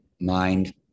mind